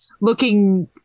looking